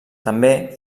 també